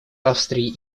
австрии